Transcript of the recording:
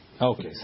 Okay